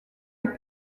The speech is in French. est